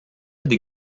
des